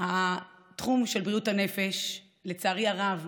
התחום של בריאות הנפש, לצערי הרב,